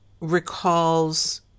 recalls